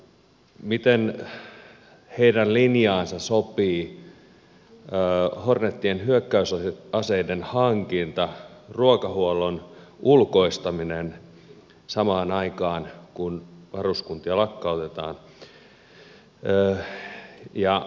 miten heidän linjaansa sopii hornetien hyökkäysaseiden hankinta ruokahuollon ulkoistaminen samaan aikaan kun varuskuntia lakkautetaan